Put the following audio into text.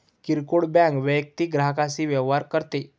किरकोळ बँक वैयक्तिक ग्राहकांशी व्यवहार करते